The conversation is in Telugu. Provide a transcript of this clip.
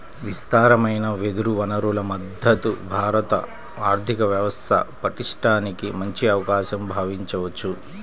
విస్తారమైన వెదురు వనరుల మద్ధతు భారత ఆర్థిక వ్యవస్థ పటిష్టానికి మంచి అవకాశంగా భావించవచ్చు